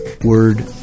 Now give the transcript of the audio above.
Word